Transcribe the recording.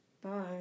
Bye